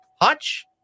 Hutch